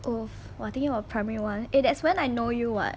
!oof! !wah! thinking about primary one eh that's when I know you [what]